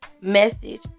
message